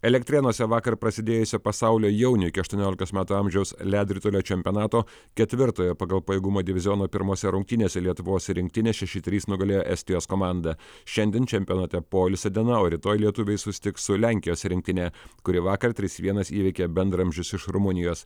elektrėnuose vakar prasidėjusio pasaulio jaunių iki aštuoniolikos metų amžiaus ledo ritulio čempionato ketvirtojo pagal pajėgumą diviziono pirmose rungtynėse lietuvos rinktinė šeši trys nugalėjo estijos komandą šiandien čempionate poilsio diena o rytoj lietuviai susitiks su lenkijos rinktine kuri vakar trys vienas įveikė bendraamžius iš rumunijos